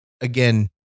again